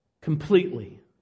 Completely